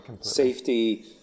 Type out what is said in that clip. safety